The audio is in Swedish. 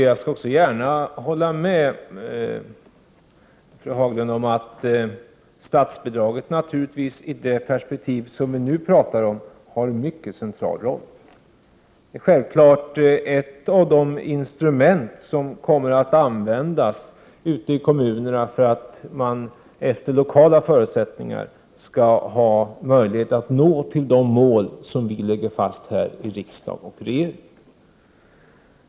Jag skall också gärna hålla med fru Haglund om att statsbidraget, idet perspektiv vi nu talar om, har en mycket central roll. Det är självfallet ett av de instrument som kommer att användas för att man utifrån lokala förutsättningar i kommunerna skall ha möjlighet att nå de mål som vi lägger fast från riksdag och regering.